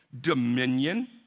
dominion